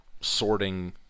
sorting